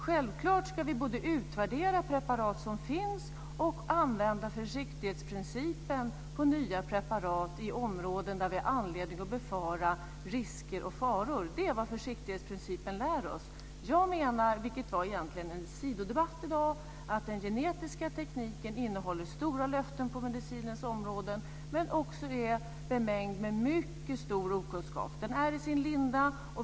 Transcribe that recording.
Självklart ska vi både utvärdera preparat som finns och använda försiktighetsprincipen på nya preparat på områden där vi har anledning att befara risker och faror. Det är vad försiktighetsprincipen lär oss. Jag menar, vilket egentligen är en sidodebatt i dag, att den genetiska tekniken innehåller stora löften på medicinens område men också är bemängd med mycket stor okunskap. Tekniken är i sin linda.